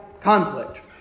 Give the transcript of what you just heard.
conflict